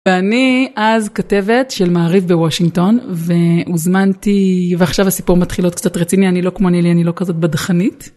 אני אז כתבת של מעריף בוושינגטון והוזמנתי ועכשיו הסיפור מתחיל עוד קצת רציני אני לא כמו נילי אני לא כזאת בדחנית.